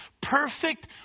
perfect